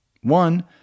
One